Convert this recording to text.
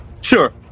Sure